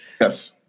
Yes